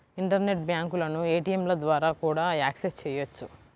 internet బ్యాంకులను ఏటీయంల ద్వారా కూడా యాక్సెస్ చెయ్యొచ్చు